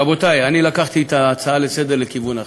רבותי, אני לקחתי את ההצעה לסדר-היום לכיוון אחר,